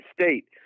State